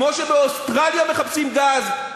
כמו שבאוסטרליה מחפשים גז,